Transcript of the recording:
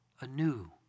anew